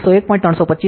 325 Pa